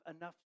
enough